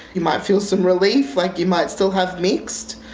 you might feel some relief, like you might still have mixed,